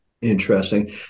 Interesting